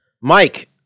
Mike